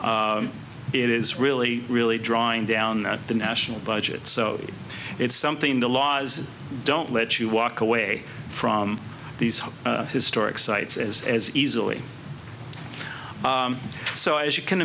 it is really really drawing down the national budget so it's something the laws don't let you walk away from these historic sites as as easily so as you can